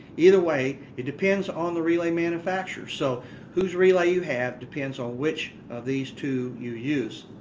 either way, it depends on the relay manufacturer. so whose relay you have depends on which of these two you use.